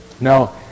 Now